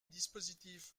dispositif